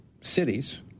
cities